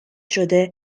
شده